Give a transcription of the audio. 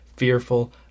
Fearful